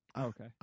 Okay